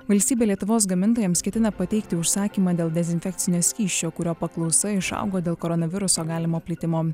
valstybė lietuvos gamintojams ketina pateikti užsakymą dėl dezinfekcinio skysčio kurio paklausa išaugo dėl koronaviruso galimo plitimo